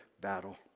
battle